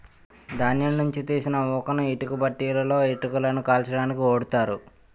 ధాన్యం నుంచి తీసిన ఊకను ఇటుక బట్టీలలో ఇటుకలను కాల్చడానికి ఓడుతారు